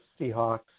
Seahawks